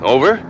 Over